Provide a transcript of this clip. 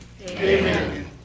Amen